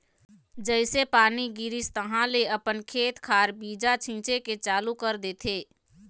जइसे पानी गिरिस तहाँले अपन खेत खार बीजा छिचे के चालू कर देथे